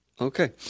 Okay